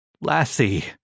Lassie